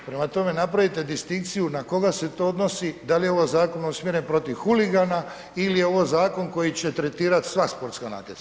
Prema tome, napravite distinkciju na koga se to odnosi, da li je ovo zakon usmjeren protiv huligana ili je ovo zakon koji će tretirati sva sportska natjecanja.